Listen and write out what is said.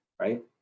Right